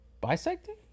bisecting